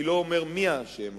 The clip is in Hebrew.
אני לא אומר מי האשם,